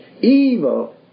evil